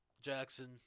Jackson